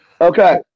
Okay